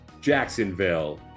Jacksonville